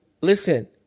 Listen